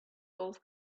golf